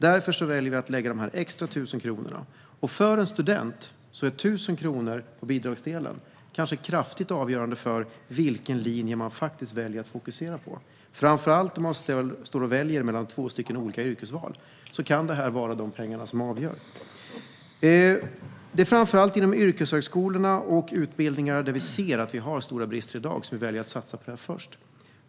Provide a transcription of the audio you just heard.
Därför väljer vi att lägga på 1 000 kronor extra. För studenter är 1 000 kronor i bidragsdelen kanske kraftigt avgörande för vilken linje de väljer att fokusera på. Framför allt om de står och väljer mellan två olika yrken kan de här pengarna vara det som avgör. Det är framför allt när det gäller yrkeshögskolor och utbildningar där vi ser att det finns stora brister som vi väljer att satsa på detta.